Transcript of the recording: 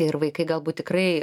ir vaikai galbūt tikrai